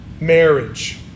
marriage